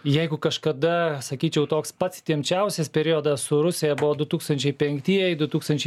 jeigu kažkada sakyčiau toks pat įtempčiausias periodas su rusija buvo du tūkstančiai penktieji du tūkstančiai